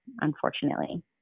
unfortunately